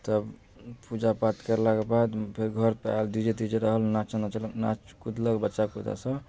तब पूजा पाठ कयलाके बाद फेर घर पर आएल डी जे ती जे रहल नाँच नचलक नाँच कूदलक बच्चा सब